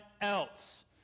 else